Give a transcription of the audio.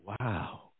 wow